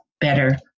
better